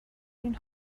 این